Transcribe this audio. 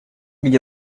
где